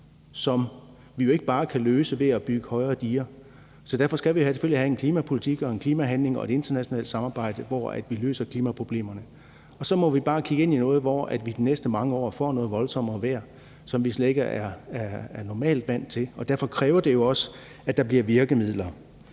som vi jo ikke bare kan løse ved at bygge højere diger. Så derfor skal vi selvfølgelig have en klimapolitik og en klimahandling og et internationalt samarbejde, hvor vi løser klimaproblemerne. Vi kigger ind i noget, hvor vi de næste mange år får noget voldsommere vejr, som vi slet ikke er vant til at have, og derfor kræver det jo også, at der bliver virkemidler.